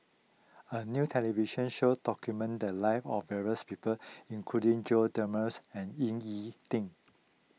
a new television show documented the live of various people including Jose D'Almeidas and Ying E Ding